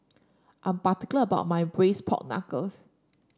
I'm particular about my Braised Pork Knuckle